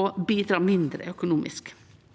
og bidra mindre økonomisk.